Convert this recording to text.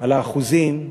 על האחוזים,